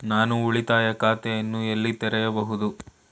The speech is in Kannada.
ನಾನು ಉಳಿತಾಯ ಖಾತೆಯನ್ನು ಎಲ್ಲಿ ತೆರೆಯಬಹುದು?